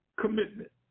commitment